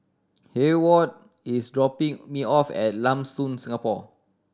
Heyward is dropping me off at Lam Soon Singapore